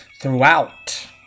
throughout